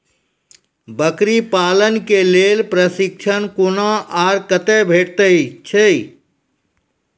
बकरी पालन के लेल प्रशिक्षण कूना आर कते भेटैत छै?